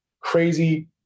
crazy